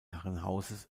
herrenhauses